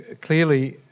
clearly